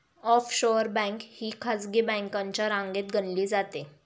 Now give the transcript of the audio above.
offshore bank ही खासगी बँकांच्या रांगेत गणली जाते